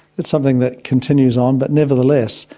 it's something that continues on but, nevertheless,